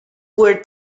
were